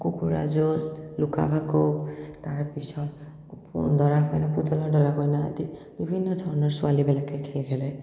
কুকুৰা যুঁজ লুকা ভাকু তাৰপিছত দৰা কইনা পুতলাৰ দৰা কইনা আদি বিভিন্ন ধৰণৰ ছোৱালীবিলাকে খেল খেলে